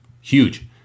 Huge